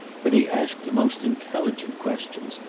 but he asked the most intelligent questions,